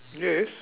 yes